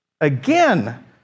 again